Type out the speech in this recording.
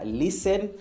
listen